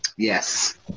yes